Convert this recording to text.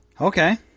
Okay